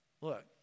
Look